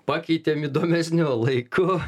pakeitėm įdomesniu laiku